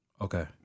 okay